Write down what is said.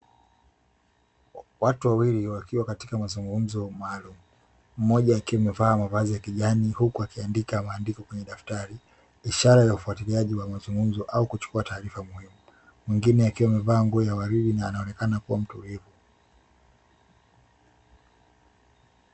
Watu wawili wakiwa katika mazungumzo maalumu, mmoja akiwa amevaa mavazi ya kijani huku akiwa akiandika maandiko kwenye dafutari, ishara ya ufatiliaji mazungumzo ama kuchukua taarifa muhimu, mwingine akiwa amevaa nguo ya walidi na anaonekana kuwa na utulivu.